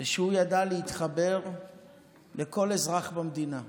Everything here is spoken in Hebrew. שהוא ידע להתחבר לכל אזרח במדינה.